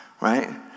right